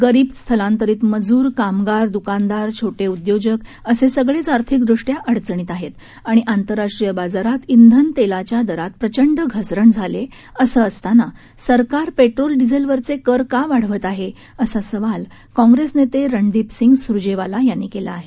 गरीब स्थलांतरीत मजूर कामगार दुकानदार छोटे उद्योजक असे सगळेच आर्थिकदृष्ट्या अडचणीत आहेत आणि आंतरराष्ट्रीय बाजारात श्वन तेलाच्या दरात प्रचंड घसरण झाली आहे असं असताना सरकार पेट्रोल डिझेलवरचे कर का वाढवत आहे असा सवाल काँग्रेस नेते रणदीपसिंग सूर्जेवाला यांनी केला आहे